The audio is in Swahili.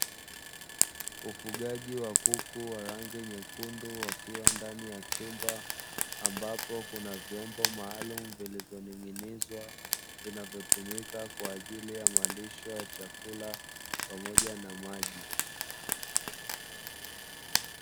Ufugaji wa kuku wa rangi nyekundu wakiwa ndani ya chumba, ambapo kuna vyombo maalumu vilivyoning'inizwa vinavyotumika kwaajili ya malisho ya chakula pamoja na maji.